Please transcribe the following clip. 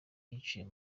yiciwe